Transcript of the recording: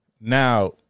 now